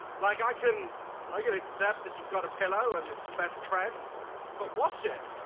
like i can i get accept that you've got a pillow and its your best friend but wash it.